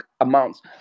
amounts